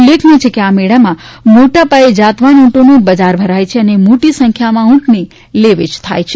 ઉલ્લેખનીય છે કે આ મેળામાં મોટા પાયે જાતવાન ઉંટોનું બજાર ભરાય છે ને મોટી સંખ્યામાં ઊંટની લે વેચ થાય છે